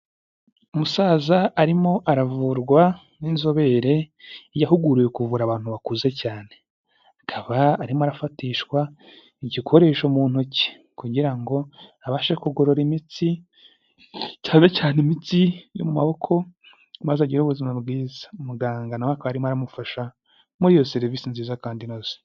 Umusaza arimo aravurwa n'inzobere yahuguriwe kuvura abantu bakuze cyane, akaba arimo arafatishwa igikoresho mu ntoki kugira ngo abashe kugorora imitsi, cyane cyane imitsi yo mu maboko maze agire ubuzima bwiza, muganga nawe we akaba arimo aramufasha muri iyo serivisi nziza kandi inoze.